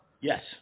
Yes